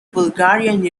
bulgarian